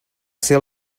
ser